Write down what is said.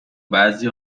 بعضی